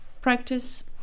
Practice